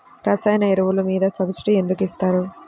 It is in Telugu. రసాయన ఎరువులు మీద సబ్సిడీ ఎందుకు ఇస్తారు?